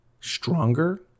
stronger